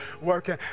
working